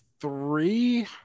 three